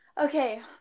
Okay